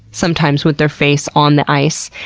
sometimes with their face on the ice.